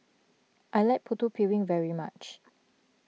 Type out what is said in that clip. I like Putu Piring very much